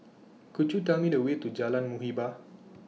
Could YOU Tell Me The Way to Jalan Muhibbah